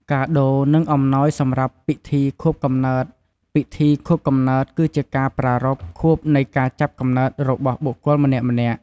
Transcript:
កាដូ និងអំណោយសម្រាប់ពិធីខួបកំណើតពិធីខួបកំណើត គឺជាការប្រារព្ធខួបនៃការចាប់កំណើតរបស់បុគ្គលម្នាក់ៗ។